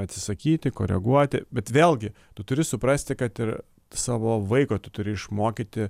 atsisakyti koreguoti bet vėlgi tu turi suprasti kad ir savo vaiko tu turi išmokyti